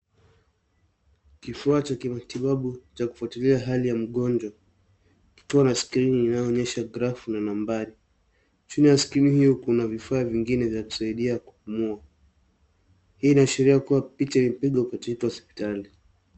Kifaa cha kimatibabu cha kufuatilia hali ya mgonjwa kikiwa na skrini inayoonyesha grafu na nambari. Chini ya skrini hiyo kuna vifaa vingine vya kusaidia kupumua. Hii inaashiria kuwa picha ilipigwa katika hospitali.